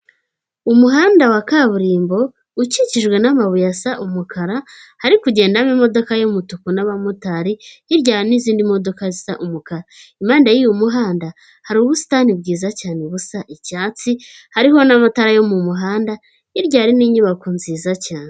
Umuhanda wa kaburimbo ukikijwe n'amabuye asa umukara, hari kugendamo imodokadoka y'umutuku n'abamotari, hirya n'izindi modoka zisa umukara, impande y'uyu muhanda hari ubusitani bwiza cyane, busa icyatsi, hariho n'amatara yo mu muhanda hirya hari n'inyubako nziza cyane.